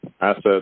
asset